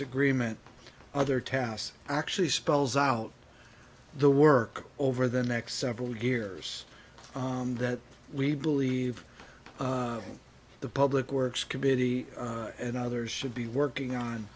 agreement other tasks actually spells out the work over the next several years that we believe the public works committee and others should be working on